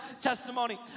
testimony